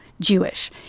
Jewish